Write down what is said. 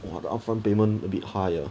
!wah! the upfront payment a bit high ah